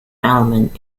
element